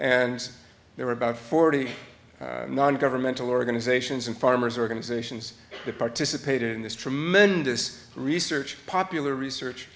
and there were about forty non governmental organizations and farmers organizations that participated in this tremendous research popular research